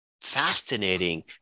fascinating